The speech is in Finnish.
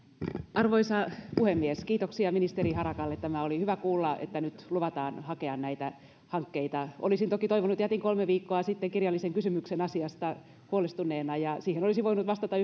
arvoisa puhemies kiitoksia ministeri harakalle oli hyvä kuulla että nyt luvataan hakea näitä hankkeita olisin toki toivonut että kun jätin kolme viikkoa sitten kirjallisen kysymyksen asiasta huolestuneena siihen olisi voinut vastata